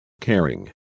Caring